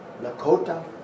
Lakota